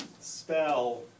spell